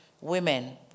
women